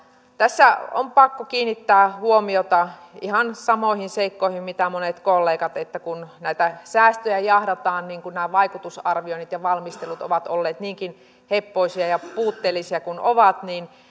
tässä on pakko kiinnittää huomiota ihan samoihin seikkoihin kuin monet kollegat kun näitä säästöjä jahdataan ja kun nämä vaikutusarvioinnit ja valmistelut ovat olleet niinkin heppoisia ja puutteellisia kuin ovat niin